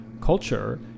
culture